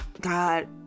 god